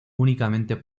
únicamente